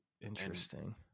interesting